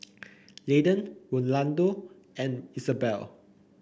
Landen Rolando and Isabell